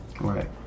Right